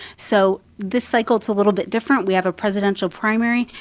so this cycle, it's a little bit different. we have a presidential primary,